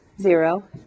zero